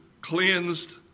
cleansed